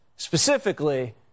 Specifically